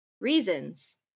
reasons